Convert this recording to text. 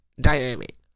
dynamic